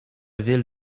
ville